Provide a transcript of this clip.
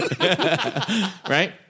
Right